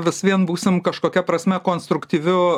vis vien būsim kažkokia prasme konstruktyviu